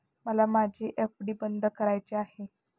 मला माझी एफ.डी बंद करायची आहे